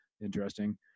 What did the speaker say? Interesting